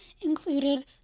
included